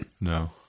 No